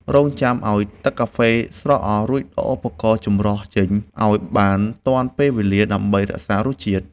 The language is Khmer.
រង់ចាំឱ្យទឹកកាហ្វេស្រក់អស់ រួចដកឧបករណ៍ចម្រោះចេញឱ្យបានទាន់ពេលវេលាដើម្បីរក្សារសជាតិ។